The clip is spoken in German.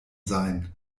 sein